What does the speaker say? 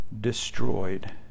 destroyed